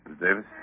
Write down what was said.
Davis